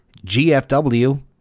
GFW